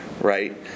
right